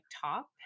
top